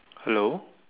hello